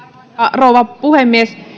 rouva puhemies